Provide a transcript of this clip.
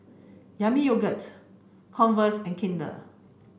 Yami Yogurt Converse and Kinder